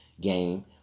game